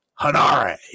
Hanare